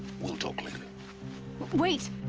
we'll talk later w-wait!